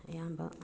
ꯑꯌꯥꯝꯕ